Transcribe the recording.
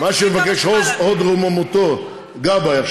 מה שמבקש הוד רוממותו גבאי,